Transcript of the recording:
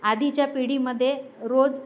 आधीच्या पिढीमध्ये रोज